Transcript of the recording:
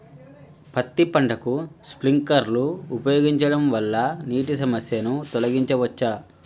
పత్తి పంటకు స్ప్రింక్లర్లు ఉపయోగించడం వల్ల నీటి సమస్యను తొలగించవచ్చా?